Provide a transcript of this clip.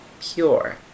pure